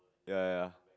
ya ya